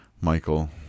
Michael